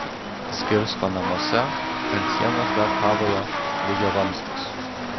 zgirsko namuose ant sienos dar kabojo lygiavamzdis